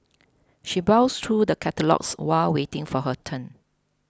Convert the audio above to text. she browsed through the catalogues while waiting for her turn